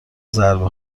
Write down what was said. ضربه